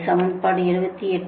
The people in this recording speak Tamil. இது சமன்பாடு 78